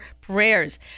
prayers